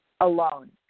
alone